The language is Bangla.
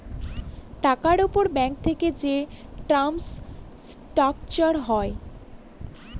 টাকার উপর ব্যাঙ্ক থেকে যে টার্ম স্ট্রাকচার হয়